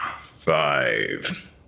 five